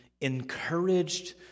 encouraged